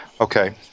Okay